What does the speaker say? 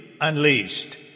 unleashed